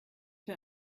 für